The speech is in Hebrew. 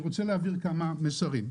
אני רוצה להעביר כמה מסרים.